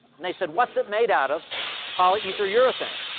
and they said, what's it made out of? it's polyether urethane.